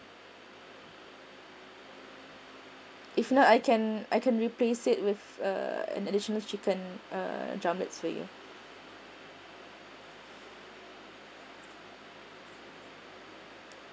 if not I can I can replace it with uh an additional chicken uh drumlets for you